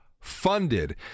funded